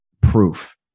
proof